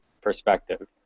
perspective